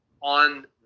on